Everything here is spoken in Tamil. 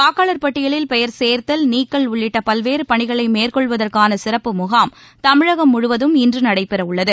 வாக்காளர் பட்டியலில் பெயர் சேர்த்தல் நீக்கல் உள்ளிட்ட பல்வேறு பணிகளை மேற்கொள்வதற்கான சிறப்பு முகாம் தமிழகம் முழுவதும் இன்று நடைபெறவுள்ளது